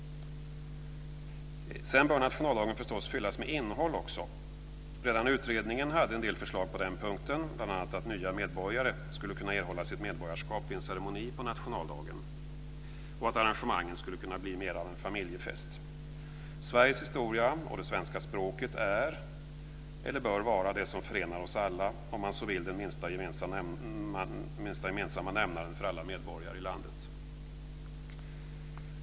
Sedan bör nationaldagen förstås fyllas med innehåll också. Redan utredningen hade en del förslag på den punkten, bl.a. att nya medborgare skulle kunna erhålla sitt medborgarskap vid en ceremoni på nationaldagen och att arrangemangen skulle kunna bli mer av en familjefest. Sveriges historia och det svenska språket är eller bör vara det som förenar oss alla, om man så vill den minsta gemensamma nämnaren för alla medborgare i landet.